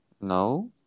no